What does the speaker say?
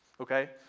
Okay